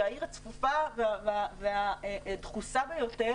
העיר הצפופה והדחוסה ביותר